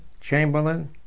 Chamberlain